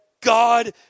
God